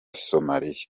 somalia